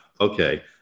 okay